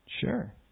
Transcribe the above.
Sure